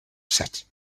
set